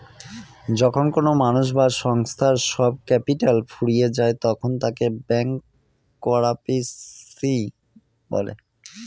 যখন কোনো মানুষ বা সংস্থার সব ক্যাপিটাল ফুরিয়ে যায় তখন তাকে ব্যাংকরাপসি বলে